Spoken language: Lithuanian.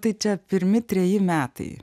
tai čia pirmi treji metai